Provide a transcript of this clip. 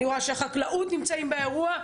אני רואה שהחקלאות נמצאים באירוע.